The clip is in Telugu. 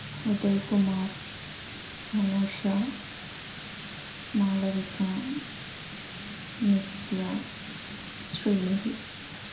ఉదయ్ కుమార్ అనూష మాళవిక నిత్య శ్రీనిధి